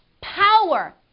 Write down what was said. power